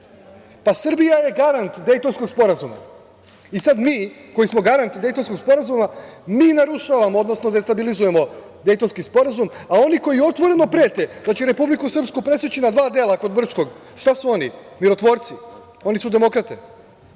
Srbija je garant Dejtonskog sporazuma. I, sada mi koji smo garant Dejtonskog sporazuma, mi narušavamo, odnosno destabilizujemo Dejtonski sporazum, a oni koji otvoreno prete da će Republiku Srpsku preseći na dva dela kod Brčkog, šta su oni? Mirotvorci. Oni su demokrate. Pa,